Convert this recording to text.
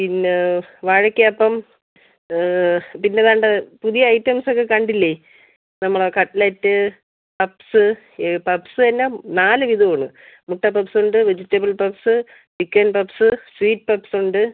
പിന്നെ വാഴയ്ക്കാപ്പം പിന്നെ ദാണ്ട് പുതിയ ഐറ്റംസൊക്കെ കണ്ടില്ലേ നമ്മളുടെ കട്ട്ലറ്റ് പപ്പ്സ് പപ്പ്സ് തന്നെ നാല് വിധമാണ് മുട്ട പപ്പ്സുണ്ട് vegetable puffs chicken puffs sweet പപ്പ്സുണ്ട്